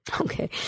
okay